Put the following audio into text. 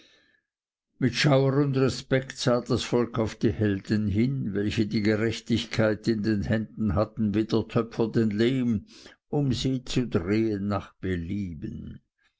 mit schauer und respekt sah das volk auf die helden hin welche die gerechtigkeit in den händen hatten wie der töpfer den lehm um sie zu drehen nach belieben